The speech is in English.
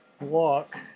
walk